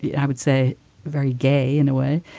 yeah i would say very gay in a way.